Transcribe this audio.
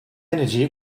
energy